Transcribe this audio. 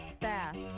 fast